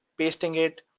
pasting it,